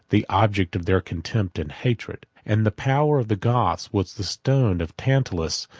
the object of their contempt and hatred and the power of the goths was the stone of tantalus,